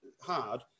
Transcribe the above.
Hard